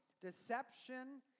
deception